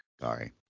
Sorry